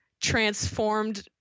transformed